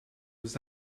aux